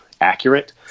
accurate